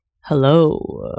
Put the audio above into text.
Hello